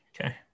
Okay